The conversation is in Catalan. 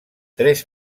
tres